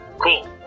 Cool